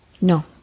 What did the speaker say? No